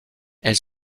elle